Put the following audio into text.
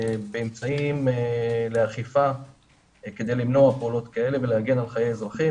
באמצעים לאכיפה כדי למנוע פעולות כאלה ולהגן על חיי האזרחים,